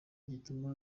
gituma